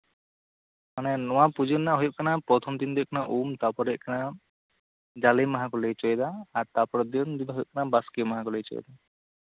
ᱢᱟᱱᱮ ᱱᱚᱣᱟ ᱯᱩᱡᱟᱹ ᱨᱮᱱᱟᱜ ᱦᱩᱭᱩᱜ ᱠᱟᱱᱟ ᱯᱨᱚᱛᱷᱚᱢ ᱫᱤᱱ ᱫᱚ ᱦᱩᱭᱩᱜ ᱠᱟᱱᱟ ᱩᱢ ᱛᱟᱨᱯᱚᱨᱮ ᱫᱚ ᱦᱩᱭᱩᱜ ᱠᱟᱱᱟ ᱡᱟᱞᱮ ᱢᱟᱦᱟ ᱠᱚ ᱞᱟᱹᱭ ᱦᱚᱪᱚᱭ ᱫᱟ ᱛᱟᱨᱯᱚᱨᱮᱨ ᱫᱤᱱ ᱵᱟᱥᱠᱮ ᱢᱟᱦᱟ ᱠᱚ ᱞᱟᱹᱭ ᱦᱚᱪᱚᱭᱫᱟ